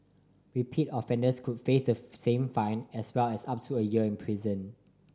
repeat offenders could face the same fine as well as up to a year in prison